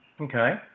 Okay